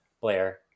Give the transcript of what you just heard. Blair